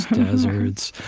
deserts,